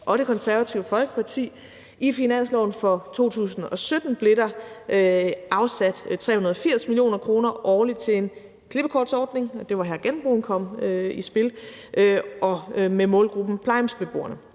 og Det Konservative Folkeparti. I finansloven for 2017 blev der afsat 380 mio. kr. årligt til en klippekortsordning – det var her, genbrugen kom i spil – med målgruppen plejehjemsbeboerne.